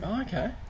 okay